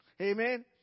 Amen